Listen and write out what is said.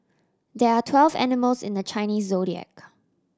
there are twelve animals in the Chinese Zodiac